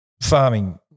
farming